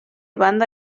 banda